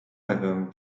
ewę